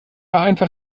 einfach